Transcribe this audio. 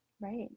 Right